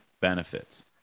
benefits